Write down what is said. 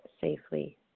safely